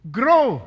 grow